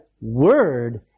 word